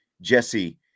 Jesse